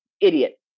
idiot